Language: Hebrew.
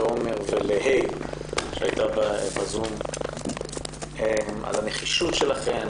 לעמר ול-ה' שהייתה בזום על הנחישות שלכן,